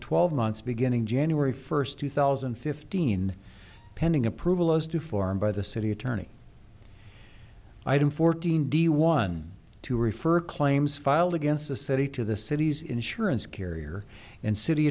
twelve months beginning january first two thousand and fifteen pending approval as deformed by the city attorney item fourteen d one to refer claims filed against the city to the city's insurance carrier and city